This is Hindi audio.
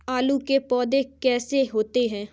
आलू के पौधे कैसे होते हैं?